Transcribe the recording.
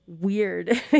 weird